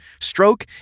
stroke